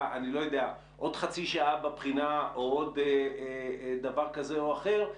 למשל עוד חצי שעה בבחינה או עוד דבר כזה או אחר,